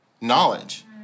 knowledge